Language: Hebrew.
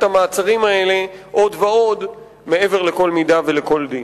המעצרים האלה עוד ועוד מעבר לכל מידה ולכל דין.